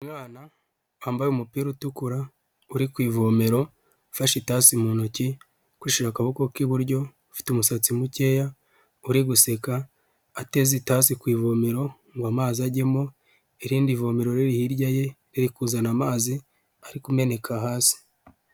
Umwana wambaye umupira utukura, uri ku ivomero, ufashe itasi mu ntoki, kwishyira akaboko k'iburyo, ufite umusatsi mukeya, uri guseka, ateze itasi ku ivomero ngo amazi ajyemo, irindi vomero riri hirya ye, riri kuzana amazi, ari kumeneka hasi.